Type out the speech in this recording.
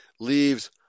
leaves